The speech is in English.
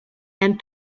and